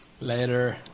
Later